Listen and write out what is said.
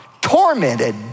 tormented